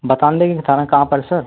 बतान देंगे बताना कहाँ पर है सर